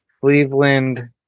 Cleveland